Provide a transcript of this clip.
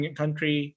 country